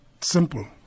simple